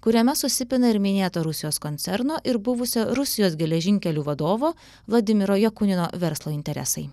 kuriame susipina ir minėto rusijos koncerno ir buvusio rusijos geležinkelių vadovo vladimiro jakunino verslo interesai